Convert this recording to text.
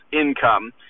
income